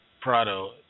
Prado